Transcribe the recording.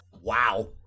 Wow